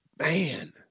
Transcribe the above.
Man